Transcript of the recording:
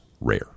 rare